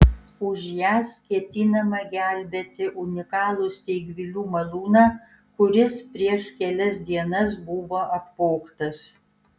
už jas ketinama gelbėti unikalų steigvilių malūną kuris prieš kelias dienas buvo apvogtas